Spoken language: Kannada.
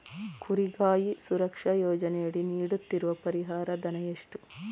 ಕುರಿಗಾಹಿ ಸುರಕ್ಷಾ ಯೋಜನೆಯಡಿ ನೀಡುತ್ತಿರುವ ಪರಿಹಾರ ಧನ ಎಷ್ಟು?